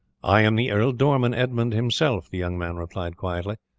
i am the ealdorman edmund himself, the young man replied quietly.